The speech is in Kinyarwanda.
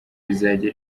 rizajya